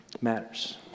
matters